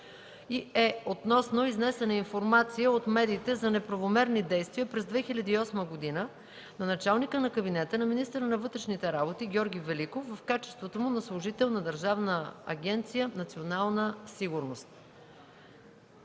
и е относно изнесена информация от медиите за неправомерни действия през 2008 г. на началника на кабинета на министъра на вътрешните работи Георги Великов, в качеството му на служител на Държавна агенция „Национална сигурност”.